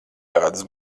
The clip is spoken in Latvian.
tādas